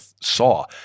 saw